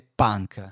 punk